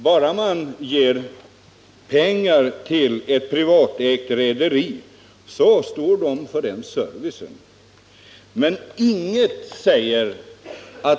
Herr Sellgren menar att ett privatägt rederi står för den servicen bara man ger pengar till det.